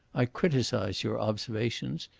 i criticise your observations,